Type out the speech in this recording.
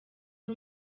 ari